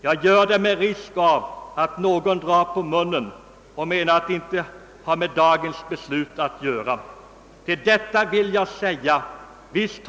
Jag gör det med risk att någon drar på munnen och menar att det inte har med dagens beslut att göra. Men visst har det detta!